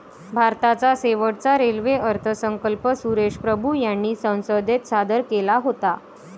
भारताचा शेवटचा रेल्वे अर्थसंकल्प सुरेश प्रभू यांनी संसदेत सादर केला होता